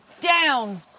down